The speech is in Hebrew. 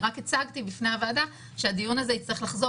רק הצגתי בפני הוועדה שהדיון הזה יצטרך לחזור